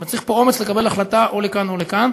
אבל צריך פה אומץ לקבל החלטה, לכאן או לכאן.